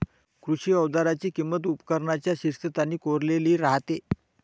कृषी अवजारांची किंमत उपकरणांच्या शीर्षस्थानी कोरलेली राहते